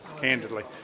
candidly